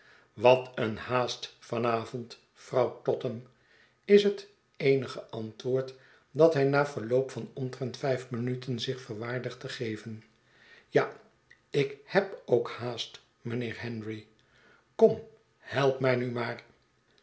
wat een haast van avond vxouw totham p is het eenige antwoord dat hij na verloop van omtrent vijf minuten zich verwaardigt te geven ja ik heb ook haast mynheer henry kom help mij nu maar